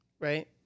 right